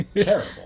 Terrible